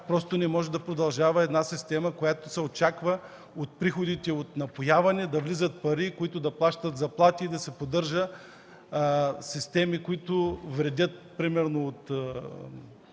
просто не може да продължава една система, от която се очаква от приходите от напояване да влизат пари, с които да се плащат заплати и да се поддържат системи, които вредят, примерно от